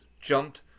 jumped